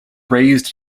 raised